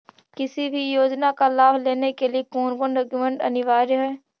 किसी भी योजना का लाभ लेने के लिए कोन कोन डॉक्यूमेंट अनिवार्य है?